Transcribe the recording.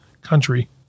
country